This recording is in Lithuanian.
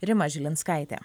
rima žilinskaitė